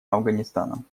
афганистаном